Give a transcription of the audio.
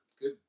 Good